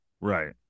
right